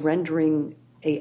rendering